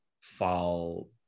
fall